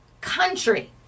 country